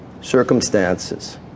circumstances